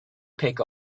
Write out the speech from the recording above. pick